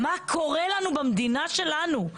מה קורה לנו במדינה שלנו?